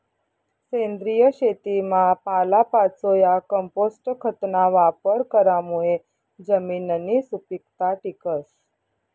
सेंद्रिय शेतीमा पालापाचोया, कंपोस्ट खतना वापर करामुये जमिननी सुपीकता टिकस